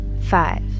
five